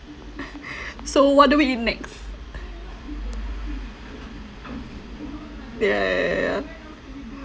so what do we enact ya ya ya ya ya